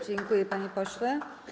Dziękuję, panie pośle.